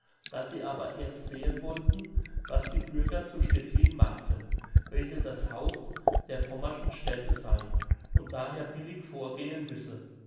daß sie aber erst sehen wollten was die bürger zu stettin machten welche das haupt der pommerschen städte sei und daher billig vorgehen müsse